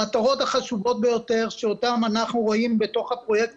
המטרות החשובות ביותר שאותן אנחנו רואים בתוך הפרויקט